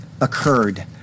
occurred